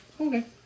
okay